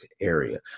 area